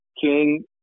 King